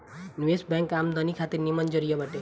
निवेश बैंक आमदनी खातिर निमन जरिया बाटे